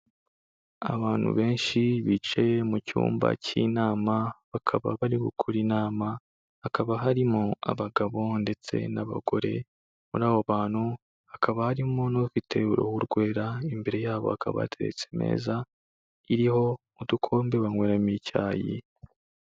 Abantu benshi bicaye mu cyumba cy'inama, bakaba bari gukora inama, hakaba harimo abagabo ndetse n'abagore, muri abo bantu hakaba harimo n'ufite uruhu rwera, imbere yabo hakaba hateretse imeza iriho udukombe banyweramo icyayi.